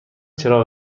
چراغ